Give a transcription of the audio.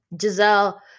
Giselle